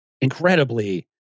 incredibly